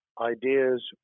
ideas